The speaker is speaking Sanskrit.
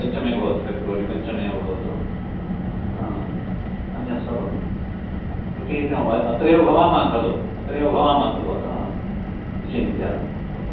पञ्चमेव भवतु फ़ेब्रवरि पञ्चमेव भवतु अन्यत् सर्वं प्रति अत्रैव भवामः खलु अत्रैव भवामः खलु अतः विचिन्त्य